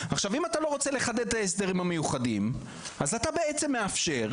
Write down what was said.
אם אתה לא רוצה לחדד את ההסדרים המיוחדים אז אתה בעצם מאפשר,